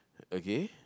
okay